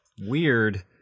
Weird